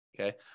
Okay